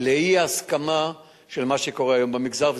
לאי-הסכמה למה שקורה היום במגזר,